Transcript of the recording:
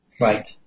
Right